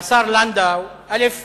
לשר לנדאו: א.